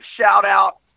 shout-out